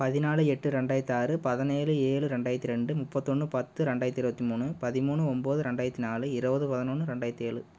பதினாலு எட்டு ரெண்டாயிரத்தி ஆறு பதினேழு ஏழு ரெண்டாயிரத்தி ரெண்டு முப்பத்தொன்று பத்து ரெண்டாயிரத்தி இருபத்தி மூணு பதிமூணு ஒம்பது ரெண்டாயிரத்தி நாலு இருபது பதுனொன்று ரெண்டாயிரத்தி ஏழு